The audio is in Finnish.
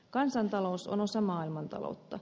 kansantalous on osa maailmantaloutta